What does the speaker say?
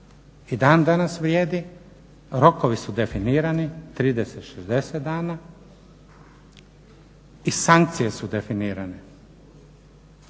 i dan danas vrijedi. Rokovi su definirani 30, 60 dana i sankcije su definirane.